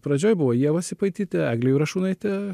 pradžioj buvo ieva sipaitytė eglė jurašūnaitė